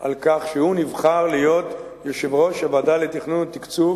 על כך שהוא נבחר להיות יושב-ראש הוועדה לתכנון ותקצוב